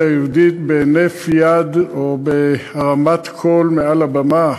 היהודית בהינף יד או בהרמת קול מעל הבמה?